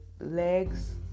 legs